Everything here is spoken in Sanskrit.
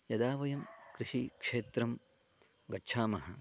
यदा वयं कृषिक्षेत्रं गच्छामः